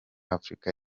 afurika